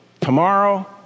tomorrow